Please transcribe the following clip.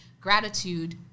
Gratitude